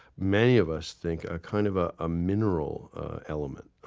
many of us think, a kind of ah ah mineral element